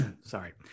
sorry